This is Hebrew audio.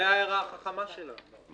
זה ההערה החכמה שלה.